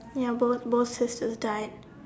ya both both sisters died